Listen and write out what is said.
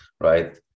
right